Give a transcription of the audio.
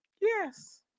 yes